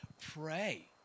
Pray